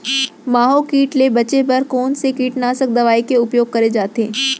माहो किट ले बचे बर कोन से कीटनाशक दवई के उपयोग करे जाथे?